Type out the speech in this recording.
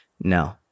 no